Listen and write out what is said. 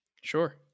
Sure